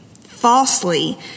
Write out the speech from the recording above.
falsely